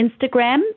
Instagram